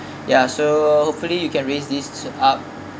ya so hopefully you can raise this up